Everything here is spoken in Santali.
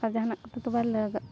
ᱟᱨ ᱡᱟᱦᱟᱱᱟᱜ ᱠᱚᱫᱚ ᱛᱳ ᱵᱟᱭ ᱞᱟᱹᱜᱟᱜ